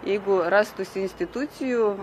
jeigu rastųsi institucijų